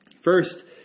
first